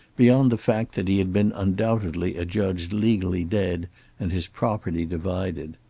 beyond the fact that he had been undoubtedly adjudged legally dead and his property divided.